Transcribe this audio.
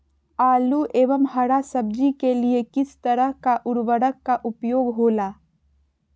आलू एवं हरा सब्जी के लिए किस तरह का उर्वरक का उपयोग होला?